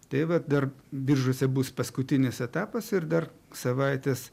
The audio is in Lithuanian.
tai vat dar biržuose bus paskutinis etapas ir dar savaitės